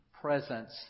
presence